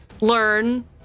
learn